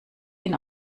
ihn